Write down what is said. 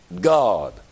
God